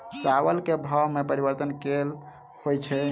चावल केँ भाव मे परिवर्तन केल होइ छै?